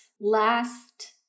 Last